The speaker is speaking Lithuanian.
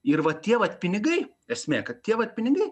ir va tie vat pinigai esmė kad tie vat pinigai